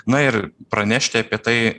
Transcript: na ir pranešti apie tai